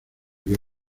que